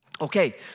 Okay